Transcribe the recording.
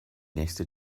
nächste